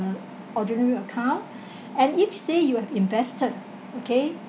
ordinary account and if say you have invested okay